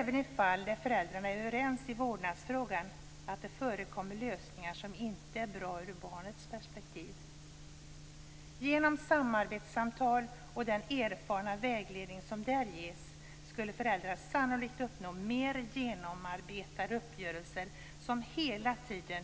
Även i fall där föräldrarna är överens i vårdnadsfrågan händer det att det förekommer lösningar som inte är bra ur barnets perspektiv. Genom samarbetssamtal och den erfarna vägledning som där ges skulle föräldrar sannolikt uppnå mer genomarbetade uppgörelser som hela tiden